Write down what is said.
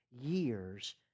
years